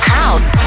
house